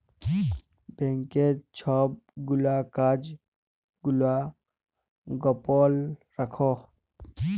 ব্যাংকের ছব গুলা কাজ গুলা গপল রাখ্যে